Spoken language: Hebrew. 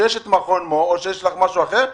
שיש שם מכון מור או משהו אחר?